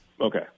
Okay